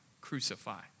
crucify